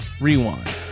rewind